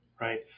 Right